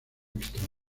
extraño